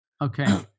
Okay